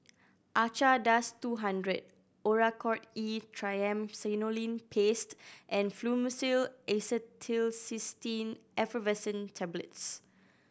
Acardust two hundred Oracort E Triamcinolone Paste and Fluimucil Acetylcysteine Effervescent Tablets